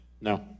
No